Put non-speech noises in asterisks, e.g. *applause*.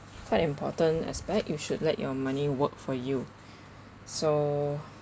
very important aspect you should let your money work for you *breath* so